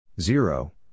Zero